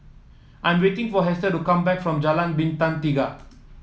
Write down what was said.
I'm waiting for Hester to come back from Jalan Bintang Tiga